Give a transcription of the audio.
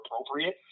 appropriate